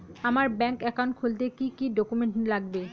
আমার bank account খুলতে কি কি ডকুমেন্ট লাগবে?